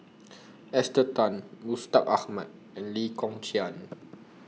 Esther Tan Mustaq Ahmad and Lee Kong Chian